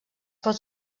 pot